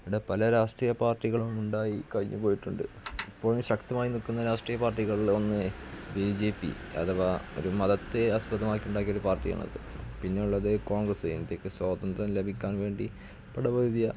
അവിടെ പല രാഷ്ട്രീയ പാർട്ടികളുമുണ്ടായി കഴിഞ്ഞുപോയിട്ടുണ്ട് ഇപ്പോള് ശക്തമായി നില്ക്കുന്ന രാഷ്ട്രീയ പാർട്ടികളിലൊന്ന് ബി ജെ പി അഥവാ ഒരു മതത്തെ ആസ്പദമാക്കി ഉണ്ടാക്കിയ പാർട്ടിയാണത് പിന്നെയുള്ളത് കോൺഗ്രസ് ഇന്ത്യക്ക് സ്വാതന്ത്ര്യം ലഭിക്കാൻ വേണ്ടി പട പൊരുതിയ